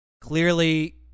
clearly